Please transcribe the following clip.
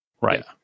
right